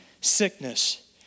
sickness